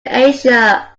asia